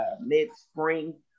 mid-spring